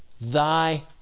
thy